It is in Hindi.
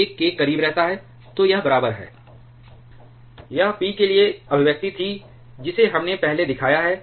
तो यह बराबर है k Pk∞ P εpfη ⇒ ln k ln p ln Pεfη ⇒ 1k dkdT 1pdpdT ⇒ αprompt 1pdpdT यह p के लिए अभिव्यक्ति थी जिसे हमने पहले दिखाया है